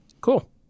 Cool